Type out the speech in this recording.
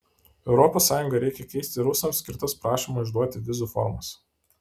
europos sąjungai reikia keisti rusams skirtas prašymo išduoti vizą formas